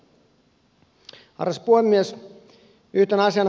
arvoisa puhemies